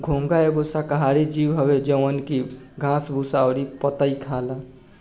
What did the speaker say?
घोंघा एगो शाकाहारी जीव हवे जवन की घास भूसा अउरी पतइ खाला